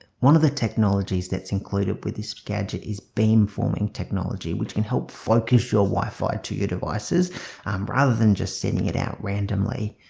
one of the technologies that's included with this gadget is beamforming technology which can help focus your wi-fi to your devices um rather than just sending it out randomly.